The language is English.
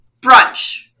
brunch